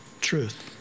truth